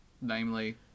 Namely